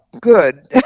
good